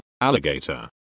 alligator